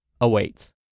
awaits